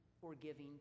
forgiving